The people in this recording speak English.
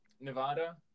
Nevada